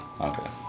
Okay